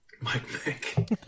Mike